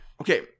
okay